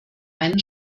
einen